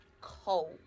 cold